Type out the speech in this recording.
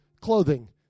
clothing